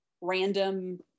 random